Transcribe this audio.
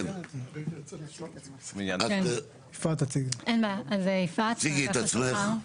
תציגי את עצמך.